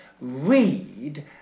read